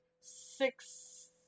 six